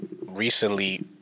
recently